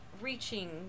reaching